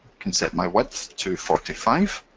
can set my width to forty five.